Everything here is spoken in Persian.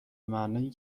معنی